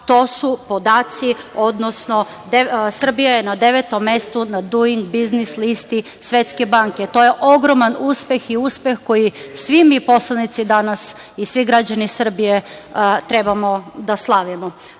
to su podaci, odnosno Srbija je danas na devetom mestu na Duing biznis listi Svetske banke, to je ogroman uspeh i uspeh koji svi mi poslanici danas i svi građani Srbije treba da slavimo.